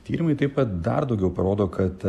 tyrimui taip kad dar daugiau parodo kad